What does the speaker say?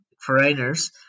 foreigners